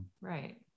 Right